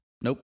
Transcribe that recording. Nope